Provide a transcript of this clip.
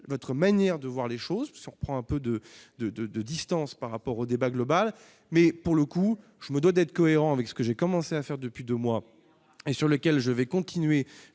notre manière de voir les choses qui surprend un peu de, de, de, de distance par rapport au débat global, mais pour le coup, je me dois d'être cohérent avec ce que j'ai commencé à faire depuis 2 mois et sur lequel je vais continuer,